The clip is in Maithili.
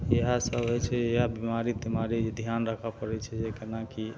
इएह सब होइ छै इएह बीमारी तीमारी जे ध्यान राखऽ पड़य छै जे केना की